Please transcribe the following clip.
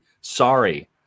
Sorry